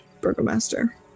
Burgomaster